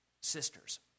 sisters